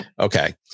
Okay